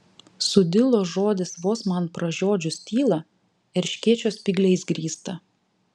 sudilo žodis vos man pražiodžius tylą erškėčio spygliais grįstą